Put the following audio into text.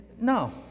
No